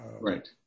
Right